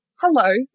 hello